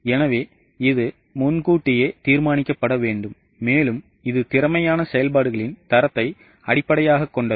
எனவேஇது முன்கூட்டியே தீர்மானிக்கப்பட வேண்டும் மேலும் இது திறமையான செயல்பாடுகளின் தரத்தை அடிப்படையாகக் கொண்டது